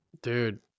Dude